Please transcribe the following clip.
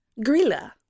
Grilla